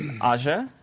Aja